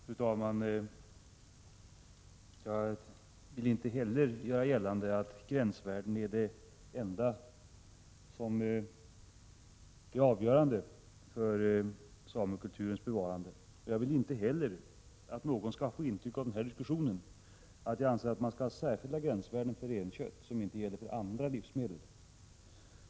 Fru talman! Jag vill inte göra gällande att gränsvärdet är det enda avgörande för samekulturens bevarande. Jag vill inte heller att någon skall få intrycket av den här diskussionen att jag anser att man skall ha ett särskilt gränsvärde för renkött, som inte gäller för andra livsmedel.